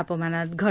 तापमानात घट